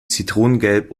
zitronengelb